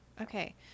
Okay